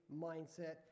mindset